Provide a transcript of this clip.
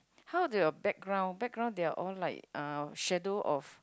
how do your background background they are all like uh shadow of